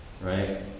right